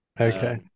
Okay